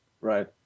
Right